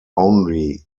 only